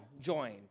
joined